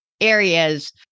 areas